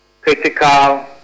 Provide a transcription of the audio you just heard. critical